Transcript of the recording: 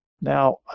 Now